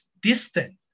distant